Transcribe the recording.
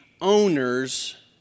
owners